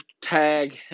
tag